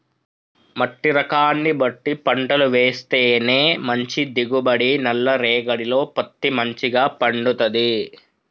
మట్టి రకాన్ని బట్టి పంటలు వేస్తేనే మంచి దిగుబడి, నల్ల రేగఢీలో పత్తి మంచిగ పండుతది